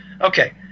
okay